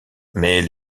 mais